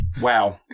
Wow